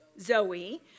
zoe